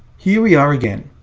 here we are again.